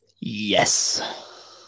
Yes